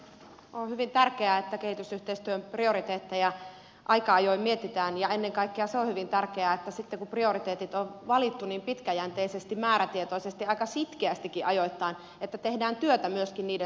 on hyvin tärkeää että kehitysyhteistyön prioriteetteja aika ajoin mietitään ja ennen kaikkea se on hyvin tärkeää että sitten kun prioriteetit on valittu pitkäjänteisesti määrätietoisesti aika sitkeästikin ajoittain tehdään työtä myöskin niiden saavuttamiseksi